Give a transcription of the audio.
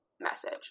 message